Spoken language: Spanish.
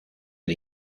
del